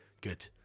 Good